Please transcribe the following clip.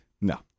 No